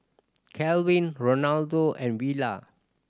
Kalvin Rolando and Villa